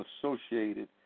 associated